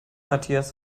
matthias